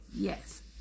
Yes